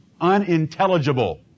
unintelligible